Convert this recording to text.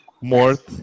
mort